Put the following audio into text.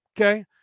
Okay